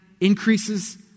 increases